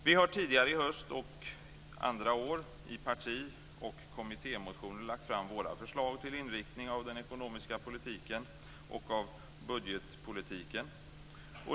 Vi har tidigare i höst och andra år i parti och kommittémotioner lagt fram våra förslag till inriktning av den ekonomiska politiken och av budgetpolitiken.